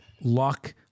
luck